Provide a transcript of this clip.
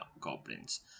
goblins